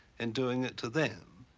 and doing it to them.